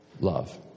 Love